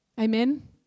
Amen